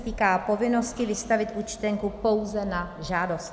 Týká se povinnosti vystavit účtenku pouze na žádost.